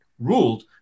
ruled